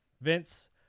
Vince